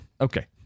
Okay